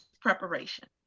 preparation